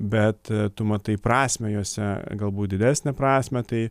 bet tu matai prasmę juose galbūt didesnę prasmę tai